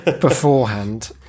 beforehand